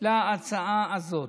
על ההצעה הזאת.